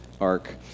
arc